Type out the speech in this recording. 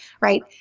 Right